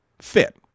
fit